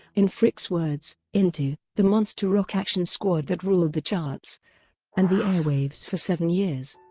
in fricke's words, into the monster rock action squad that ruled the charts and the airwaves for seven years.